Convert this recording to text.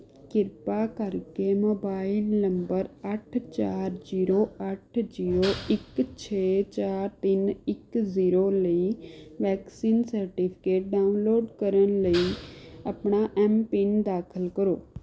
ਕਿਰਪਾ ਕਰਕੇ mobile number ਅੱਠ ਚਾਰ ਜ਼ੀਰੋ ਅੱਠ ਜ਼ੀਰੋ ਇੱਕ ਛੇ ਚਾਰ ਤਿੰਨ ਇੱਕ ਜ਼ੀਰੋ ਲਈ ਵੈਕਸੀਨ ਸਰਟੀਫਿਕੇਟ ਡਾਊਨਲੋਡ ਕਰਨ ਲਈ ਆਪਣਾ ਐੱਮ ਪਿੰਨ ਦਾਖਲ ਕਰੋ